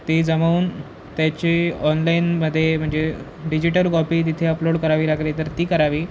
ती जमवून त्याची ऑनलाईनमध्ये म्हणजे डिजिटल कॉपी तिथे अपलोड करावी लागली तर ती करावी